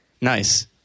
Nice